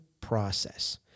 process